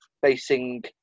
facing